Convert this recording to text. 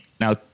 Now